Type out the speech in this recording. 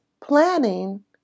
planning